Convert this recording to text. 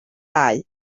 dau